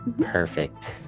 perfect